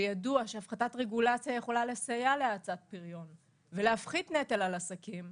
שידוע שהפחתת רגולציה יכולה לסייע ולהפחית נטל על עסקים,